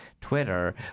Twitter